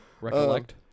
Recollect